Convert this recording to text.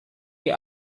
die